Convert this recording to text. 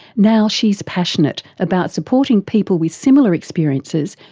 now she's passionate about supporting people with similar experiences,